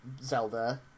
Zelda